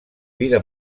vida